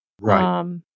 Right